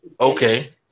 Okay